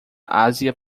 ásia